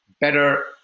better